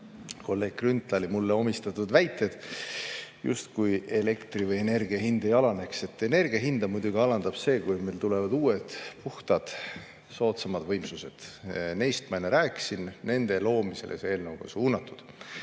kolleeg Grünthali mulle omistatud väited, justkui elektri või energia hind ei alaneks. Energia hinda muidugi alandab see, kui meil tulevad uued, puhtad, soodsamad võimsused. Neist ma enne rääkisin, nende loomisele on see eelnõu suunatud.